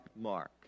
Mark